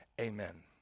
Amen